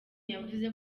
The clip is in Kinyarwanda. yavuze